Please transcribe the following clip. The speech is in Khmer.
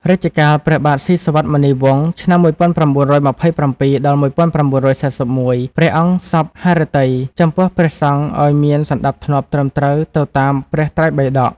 រជ្ជកាលព្រះបាទស៊ីសុវត្ថិមុនីវង្ស (ឆ្នាំ ១៩២៧-១៩៤១) ព្រះអង្គសព្វហឫទ័យ ចំពោះព្រះសង្ឃឱ្យមានសណ្តាប់ធ្នាប់ត្រឹមត្រូវទៅតាមព្រះត្រៃបិដក ។